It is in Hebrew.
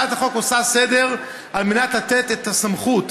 הצעת החוק עושה סדר כדי לתת את הסמכות